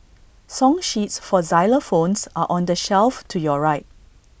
song sheets for xylophones are on the shelf to your right